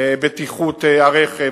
בטיחות הרכב,